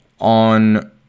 on